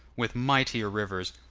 with mightier rivers,